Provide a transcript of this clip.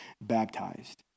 baptized